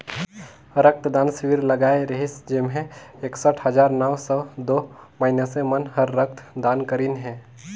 रक्त दान सिविर लगाए रिहिस जेम्हें एकसठ हजार नौ सौ दू मइनसे मन हर रक्त दान करीन हे